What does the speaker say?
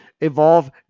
evolve